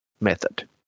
method